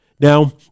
Now